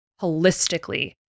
holistically